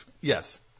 Yes